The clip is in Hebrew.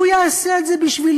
שהוא יעשה את זה בשבילנו.